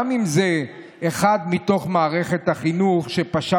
גם אם זה אחד מתוך מערכת החינוך שפשע